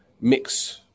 mix